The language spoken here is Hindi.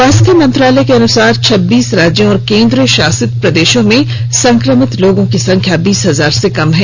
स्वास्थ्य मंत्रालय के अनुसार छब्बीस राज्यों और केंद्र भाासित प्रदेशों में संक्रमित लोगों की संख्या बीस हजार से कम है